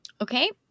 Okay